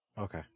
Okay